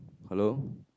hello